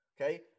Okay